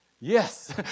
yes